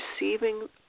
receiving